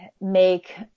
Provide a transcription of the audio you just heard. make